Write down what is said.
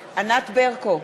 ברקו,